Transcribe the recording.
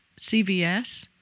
CVS